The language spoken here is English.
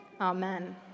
Amen